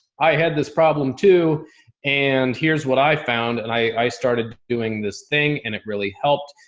i had this problem too and here's what i found and i, i started doing this thing and it really helped.